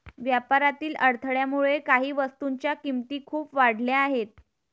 व्यापारातील अडथळ्यामुळे काही वस्तूंच्या किमती खूप वाढल्या आहेत